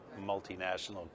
multinational